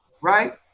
right